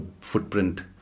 footprint